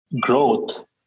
growth